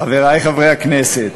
חברי חברי הכנסת,